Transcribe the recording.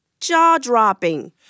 Jaw-dropping